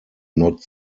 not